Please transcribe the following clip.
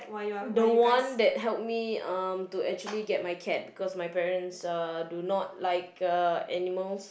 the one that help me um to actually get my cat because my parents uh do not like uh animals